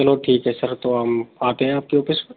चलो ठीक है सर तो हम आते है आपके ऑफिस